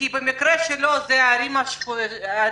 במקרה שלו זה הערים השכנות,